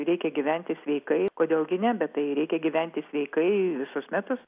reikia gyventi sveikai kodėl gi ne bet tai reikia gyventi sveikai visus metus